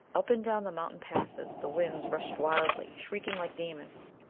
up and down the mountain passes the winds rushed wildly, shrieking like demons.